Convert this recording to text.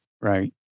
Right